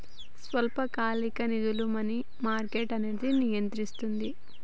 స్వల్పకాలిక నిధులను money market అనేది నియంత్రిస్తది